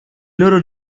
loro